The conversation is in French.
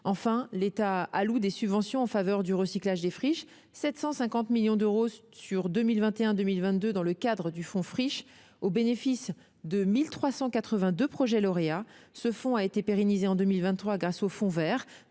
Enfin, l'État alloue des subventions en faveur du recyclage des friches : 750 millions d'euros pour la période 2021-2022 dans le cadre du fonds Friches, au bénéfice de 1 382 projets lauréats. Ce fonds a été pérennisé en 2023 grâce au fonds vert,